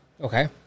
Okay